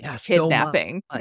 kidnapping